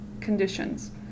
conditions